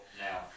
now